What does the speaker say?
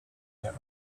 their